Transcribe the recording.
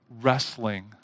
wrestling